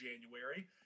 January